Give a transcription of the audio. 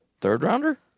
third-rounder